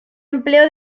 empleo